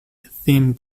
theme